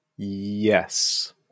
Yes